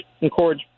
encourage